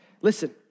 Listen